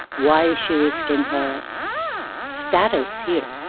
why is she risking her status here.